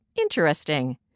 interesting